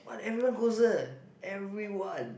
but everyone goes there everyone